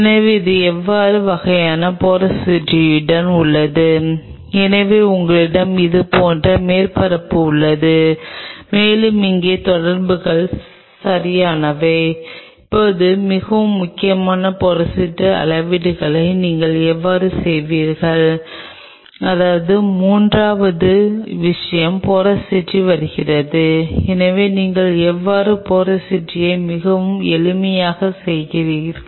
எனவே இது ஒரு டிஷில் உள்ளது நீங்கள் நிச்சயமாக இது போன்ற ஒரு ஆங்கில் மாற்றுவீர்கள் இந்த செல்கள் இணைக்கப்படாவிட்டால் நீங்கள் இன்னும் நடுத்தரத்தை நிரப்பப் போகிறீர்கள் அரை மணி நேரம் கழித்து செல்கள் மேற்பரப்பில் உருண்டு கொண்டிருப்பதைக் காண்பீர்கள்